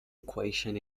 equation